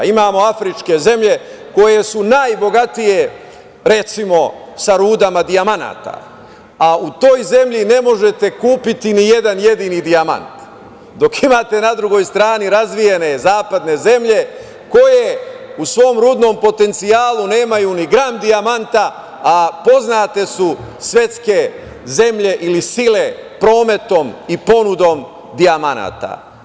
Imamo afričke zemlje koje su najbogatije, recimo, sa rudama dijamanata, a u toj zemlji ne možete kupiti ni jedan jedini dijamant, dok imate na drugoj strani razvijene zapadne zemlje koje u svom rudnom potencijalu nemaju ni gram dijamanta, a poznate su svetske zemlje ili sile prometom i ponudom dijamanata.